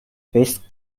faced